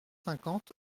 cinquante